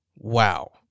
Wow